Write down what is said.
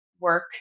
work